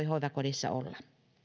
hoivakodissa olla